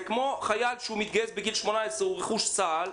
זה כמו חייל שמתגייס בגיל 18, הוא רכוש צה"ל.